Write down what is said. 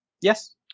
Yes